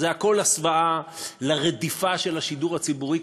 זה הכול הסוואה לרדיפה של השידור הציבורי,